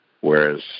whereas